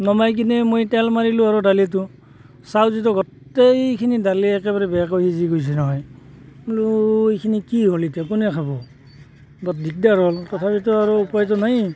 নমাই কিনে মই তেল মাৰিলোঁ আৰু দালিটো চাওঁ যে গোটেইখিনি দালি একেবাৰে বেয়াকৈ সিজি গৈছে নহয় মই বোলো এইখিনি কি হ'ল এতিয়া কোনে খাব অলপ দিগদাৰ হ'ল তথাপিতো আৰু উপায়তো নাই